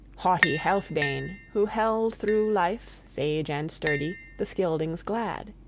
haughty healfdene, who held through life, sage and sturdy, the scyldings glad.